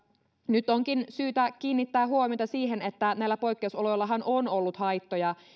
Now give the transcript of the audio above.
nyt onkin syytä kiinnittää huomiota siihen että näillä poikkeusoloillahan on ollut haittoja